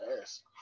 ass